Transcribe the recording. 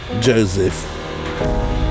Joseph